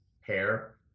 hair